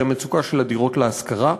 היא המצוקה של הדירות להשכרה,